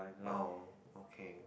oh okay